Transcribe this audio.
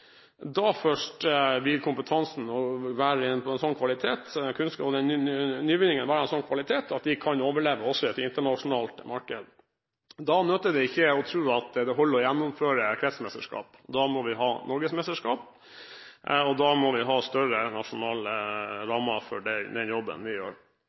Da først vil kompetansen være av en sånn kvalitet og den nyvinningen være av en sånn kvalitet at de kan overleve også i et internasjonalt marked. Da nytter det ikke å tro at det holder å gjennomføre kretsmesterskap; da må vi ha norgesmesterskap, og da må vi ha større nasjonale rammer for den jobben vi gjør.